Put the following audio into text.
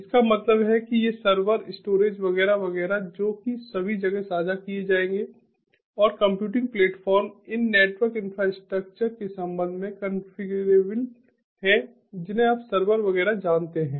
इसका मतलब है कि ये सर्वर स्टोरेज वगैरह वगैरह जो कि सभी जगह साझा किए जाएंगे और कंप्यूटिंग प्लेटफॉर्म इन नेटवर्क इंफ्रास्ट्रक्चर के संबंध में कंफिगरेबल है जिन्हें आप सर्वर वगैरह जानते हैं